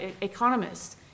economists